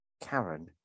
Karen